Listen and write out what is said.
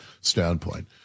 standpoint